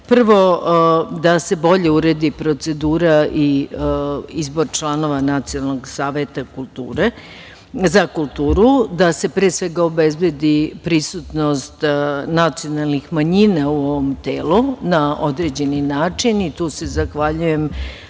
Prvo, da se bolje uredi procedura i izbor članova Nacionalnog saveta za kulturu, da se pre svega obezbedi prisutnost nacionalnih manjina u ovom telu na određeni način i tu se zahvaljujem